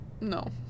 no